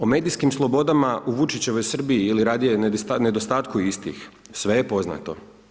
O medijskim slobodama o Vučićevoj Srbiji ili radije nedostatku istih, sve je poznato.